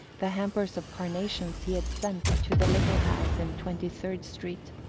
the hampers of carnations he had sent to the little house in twenty-third street.